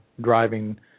driving